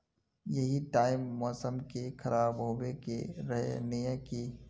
यही टाइम मौसम के खराब होबे के रहे नय की?